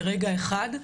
לרגע אחד,